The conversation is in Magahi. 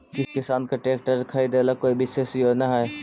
किसान के ट्रैक्टर खरीदे ला कोई विशेष योजना हई?